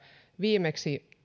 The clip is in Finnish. viimeksi